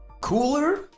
cooler